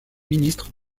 ministre